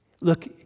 Look